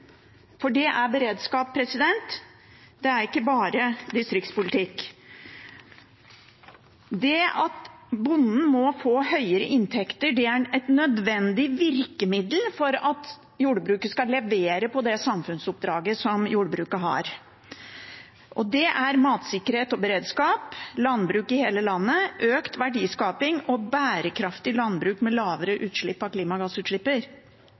For det er beredskap, det er ikke bare distriktspolitikk. At bonden må få høyere inntekter, er et nødvendig virkemiddel for at jordbruket skal levere på det samfunnsoppdraget jordbruket har. Det er matsikkerhet og beredskap, landbruk i hele landet, økt verdiskaping og bærekraftig landbruk med lavere utslipp av